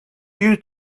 you